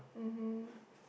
mmhmm